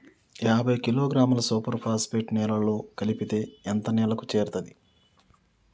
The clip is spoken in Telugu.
యాభై కిలోగ్రాముల సూపర్ ఫాస్ఫేట్ నేలలో కలిపితే ఎంత నేలకు చేరుతది?